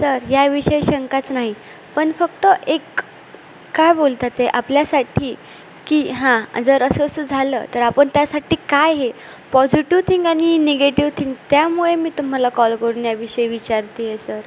sir या विषय शंकाच नाही पण फक्त एक काय बोलतात ते आपल्यासाठी की हां जर असं असं झालं तर आपण त्यासाठी काय आहे पॉझिटिव थिंग आणि निगेटिव्ह थिंग त्यामुळे मी तुम्हाला कॉल करून या विषयी विचारते आहे सर